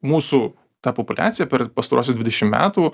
mūsų ta populiacija per pastaruosius dvidešim metų